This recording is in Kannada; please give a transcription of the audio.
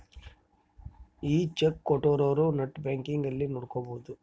ಈ ಚೆಕ್ ಕೋಟ್ಟಿರೊರು ನೆಟ್ ಬ್ಯಾಂಕಿಂಗ್ ಅಲ್ಲಿ ನೋಡ್ಕೊಬೊದು